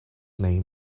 name